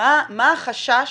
מה החשש?